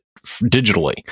digitally